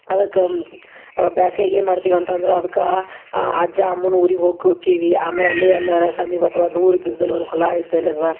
ಅದಕ್ಕೆ ಬ್ಯಾಸ್ಗೆಗೆ ಏನು ಮಾಡ್ತೀವಿ ಅಂತಂದ್ರೆ ಅದಕ್ಕೆ ಅಜ್ಜ ಅಮ್ಮನ ಊರಿಗೆ ಹೊಕೋಕೀವಿ ಆಮೇಲೆ ಅಲ್ಲಿ ಎಲ್ಲರ ಸಮೀಪ ಅಥ್ವಾ ದೂರ ಇದ್ದದ್ದಲ್ಲಿ ಒಂದು ಹೊಲ ಇದ್ದಲ್ಲಿ ಅಥ್ವಾ